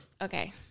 Okay